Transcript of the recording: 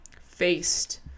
faced